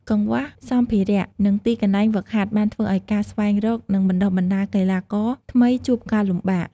កង្វះសម្ភារៈ និងទីកន្លែងហ្វឹកហាត់បានធ្វើឱ្យការស្វែងរក និងបណ្ដុះបណ្ដាលកីឡាករថ្មីជួបការលំបាក។